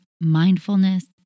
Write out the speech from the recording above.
Mindfulness